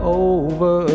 over